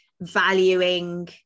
valuing